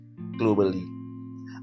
globally